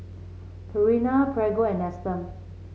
Purina Prego and Nestum